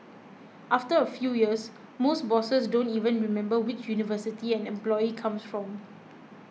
after a few years most bosses don't even remember which university an employee comes from